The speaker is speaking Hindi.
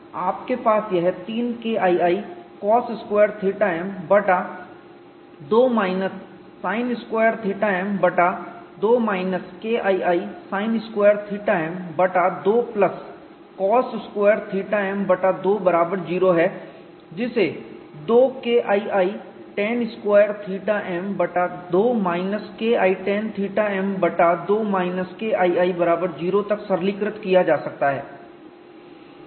आपके पास यह 3 KII Cos2θm बटा 2 माइनस Sin2θm बटा 2 माइनस KII Sin2θm बटा 2 प्लस Cos2θm बटा 2 बराबर जीरो है जिसे 2 KII tan2θ m बटा 2 माइनस KI tanθm बटा 2 माइनस KII बराबर जीरो तक सरलीकृत किया जा सकता है